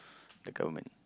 the government